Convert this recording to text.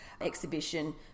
exhibition